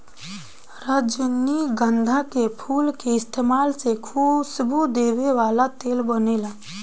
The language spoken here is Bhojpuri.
रजनीगंधा के फूल के इस्तमाल से खुशबू देवे वाला तेल बनेला